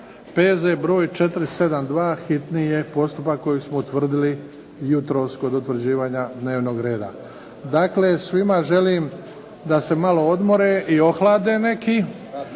P.Z. br. 472, hitni je postupak, koji smo utvrdili jutros kod utvrđivanja dnevnog reda. Dakle, svima želim da se malo odmore i ohlade neki